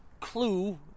clue